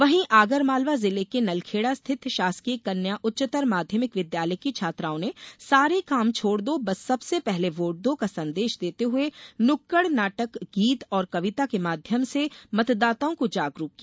वहीं आगरमालवा जिले के नलखेडा स्थित शासकीय कन्या उच्चतर माध्यमिक विद्यालय की छात्राओं ने सारे काम छोड़ दो सबसे पहले वोट दो का सन्देश देते हुए नुक्कड़ नाटक गीत और कविता के माध्यम से मतदाताओं को जागरूक किया